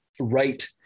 right